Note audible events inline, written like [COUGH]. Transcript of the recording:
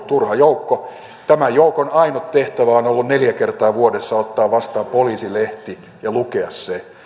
[UNINTELLIGIBLE] turha joukko tämän joukon ainut tehtävä on ollut neljä kertaa vuodessa ottaa vastaan poliisi lehti ja lukea se